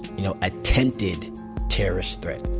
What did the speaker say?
you know, attempted terrorist threat,